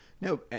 No